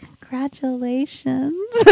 congratulations